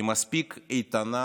היא מספיק איתנה